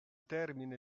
termine